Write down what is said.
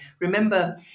remember